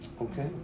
Okay